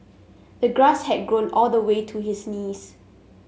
the grass had grown all the way to his knees